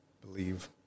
believe